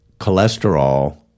cholesterol